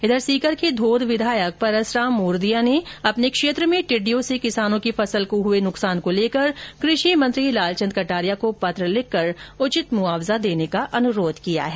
इधर सीकर के धोद विधायक परसराम मोरदिया ने अपने क्षेत्र में टिड्डियों से किसानों की फसल को हुए नुकसान को लेकर कृषि मंत्री लालचंद कटारिया को पत्र लिखकर उचित मुआवजा देने का अनुरोध किया है